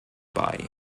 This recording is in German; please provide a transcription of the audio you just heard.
bei